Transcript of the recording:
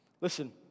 Listen